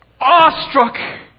awestruck